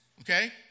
Okay